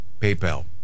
PayPal